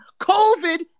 COVID